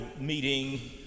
meeting